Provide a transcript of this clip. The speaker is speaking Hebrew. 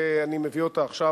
ואני מביא אותה עכשיו,